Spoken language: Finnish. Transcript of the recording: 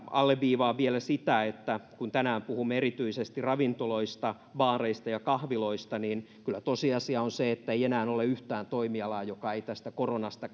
alleviivaan vielä sitä että kun tänään puhumme erityisesti ravintoloista baareista ja kahviloista niin kyllä tosiasia on se että ei enää ole yhtään toimialaa joka ei tästä koronasta